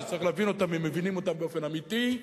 שצריך להבין אותם אם מבינים אותם באופן אמיתי,